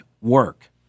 work